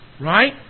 Right